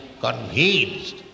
convinced